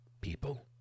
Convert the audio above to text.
people